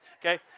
okay